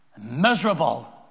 miserable